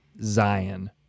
zion